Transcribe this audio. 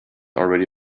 already